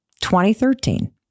2013